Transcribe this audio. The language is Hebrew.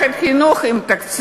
בלי מערכת חינוך עם תקציבים?